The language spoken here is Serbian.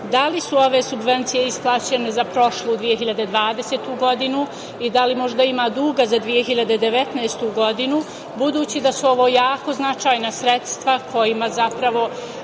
Da li su ove subvencije isplaćene za prošlu 2020. godinu i da li možda ima duga za 2019. godinu, budući da su ovo jako značajna sredstva kojima zapravo